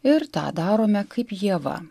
ir tą darome kaip ieva